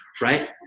right